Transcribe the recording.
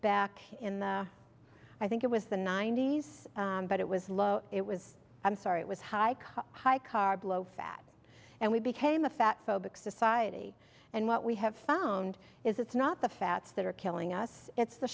back in the i think it was the ninety's but it was low it was i'm sorry it was high carb high carb low fat and we became a fat phobic society and what we have found is it's not the fats that are killing us it's the